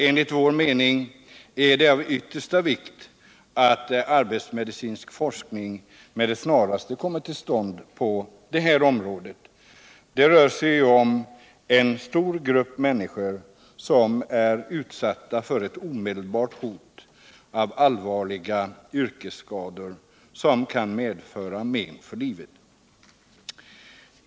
Enligt vår mening är det av yttersta vikt att arbetsmedicinsk forskning med det snaraste kommer till stånd på detta område. Det rör sig ju om en stor grupp människor, som är utsatta för ett omedelbart hot om allvarliga yrkesskador som kan medföra men för livet.